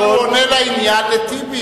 אבל הוא עונה לעניין לטיבי,